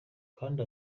kandi